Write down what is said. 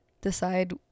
Decide